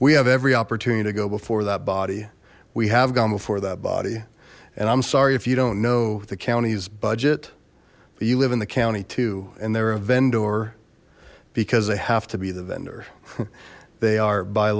we have every opportunity to go before that body we have gone before that body and i'm sorry if you don't know the county's budget you live in the county and they're a vendor because they have to be the vendor they are by